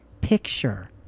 picture